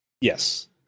Yes